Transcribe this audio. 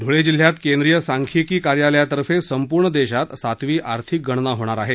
ध्ळे जिल्ह्यात केंद्रीय सांख्यिकी कार्यालयातर्फे संपूर्ण देशात सातवी आर्थिक गणना होणार आहे